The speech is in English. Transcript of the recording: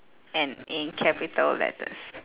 and in capital letters